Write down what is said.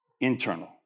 internal